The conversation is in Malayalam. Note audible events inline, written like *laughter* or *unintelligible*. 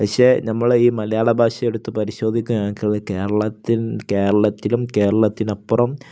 പക്ഷേ നമ്മള് ഈ മലയാള ഭാഷ എടുത്തു പരിശോധിക്കുക *unintelligible* കേരളത്തിലും കേരളത്തിനപ്പുറം